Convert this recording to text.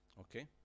Okay